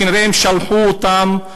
וכנראה הם שלחו אותם,